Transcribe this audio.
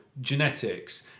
genetics